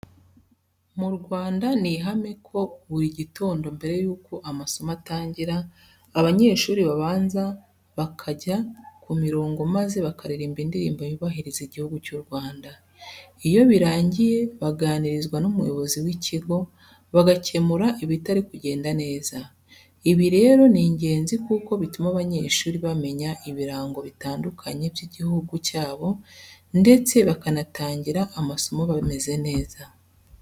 Mu Rwanda ni ihame ko buri gitondo mbere yuko amasomo atangira, abanyeshuri babanza bakanja ku mirongo maze bakaririmba indirimbo yubahiriza Igihugu cy'u Rwanda. Iyo birangiye baganirizwa n'umuyobozi w'ikigo, bagakemura ibitari kugenda neza. Ibi rero ni ingenzi kuko bituma abanyeshuri bamenya ibirango bitandukanye by'Igihugu cyabo ndetse bakanatangira amasomo bameze neza.